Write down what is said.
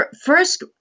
First